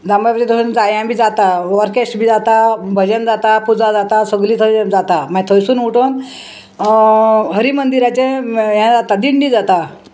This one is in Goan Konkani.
दामबाबी थंयसर जायां बी जाता ऑर्केश्टा बी जाता भजन जाता पुजा जाता सगलीं थंय जाता मागीर थंयसून उटोन हरी मंदिराचें हें जाता दिंडी जाता